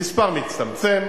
המספר מצטמצם,